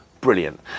brilliant